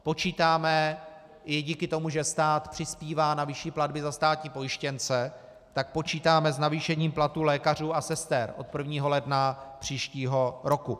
Počítáme i díky tomu, že stát přispívá na vyšší platby za státní pojištěnce, tak počítáme s navýšením platů lékařů a sester od 1. ledna příštího roku.